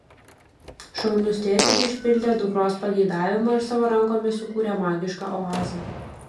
šaunus tėtis išpildė dukros pageidavimą ir savo rankomis sukūrė magišką oazę